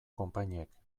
konpainiek